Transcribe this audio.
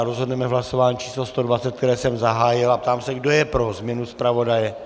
Rozhodneme v hlasování číslo 120, které jsem zahájil, a ptám se, kdo je pro změnu zpravodaje.